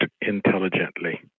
intelligently